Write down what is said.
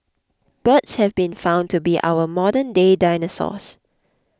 birds have been found to be our modernday dinosaurs